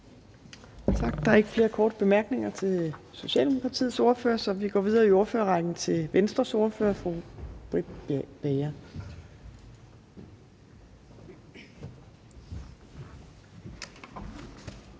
Tak. Der er ikke flere korte bemærkninger til Socialdemokratiets ordfører, så vi går videre i ordførerrækken til Venstres ordfører, fru Britt Bager.